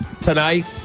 tonight